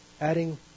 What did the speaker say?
adding